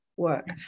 work